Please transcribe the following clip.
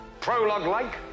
prologue-like